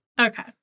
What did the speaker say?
Okay